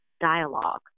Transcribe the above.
dialogue